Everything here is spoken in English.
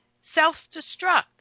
Self-destruct